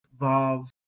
vav